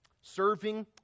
Serving